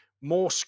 more